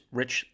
Rich